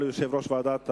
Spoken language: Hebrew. תודה ליושב-ראש ועדת העבודה,